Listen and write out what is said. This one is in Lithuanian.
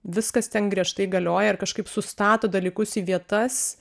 viskas ten griežtai galioja ir kažkaip sustato dalykus į vietas